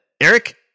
Eric